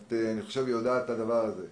אני חושב שאת יודעת את זה.